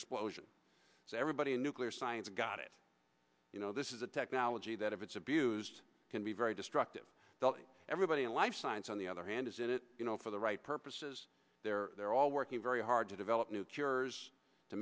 explosion everybody in nuclear science got it you know this is a technology that if it's abused can be very destructive everybody in life science on the other hand is in it you know for the right purposes there they're all working very hard to develop new cures to